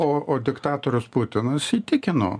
o o diktatorius putinas įtikino